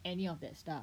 any of that stuff